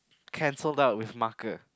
cancel out with marker